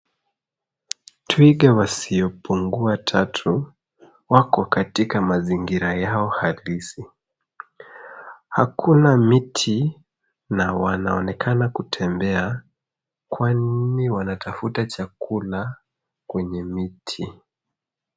Twiga wasiopungua tatu, wako katika mazingira yao halisi. Hakuna miti na wanaonekana kutembea kwani wanatafuta chakula kwenye miti.